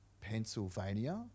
Pennsylvania